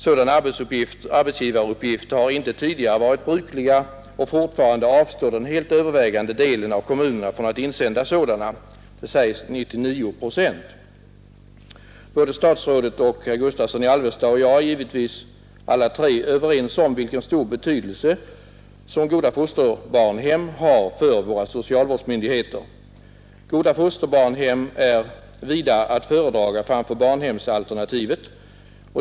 Sådana arbetsgivaruppgifter har inte tidigare varit brukliga, och fortfarande avstår den helt övervägande delen — enligt uppgift 99 procent — av kommunerna från att insända sådana. Herr statsrådet, herr Gustavsson i Alvesta och jag är givetvis alla tre överens om vilken stor betydelse som goda fosterbarnshem har för våra socialvårdsmyndigheter. Goda fosterbarnshem är vida att föredraga framför barnhemsalternativet.